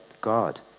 God